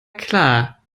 klar